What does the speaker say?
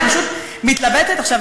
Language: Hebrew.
אני פשוט מתלבטת עכשיו.